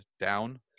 down